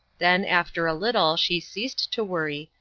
then, after a little, she ceased to worry,